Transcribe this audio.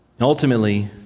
ultimately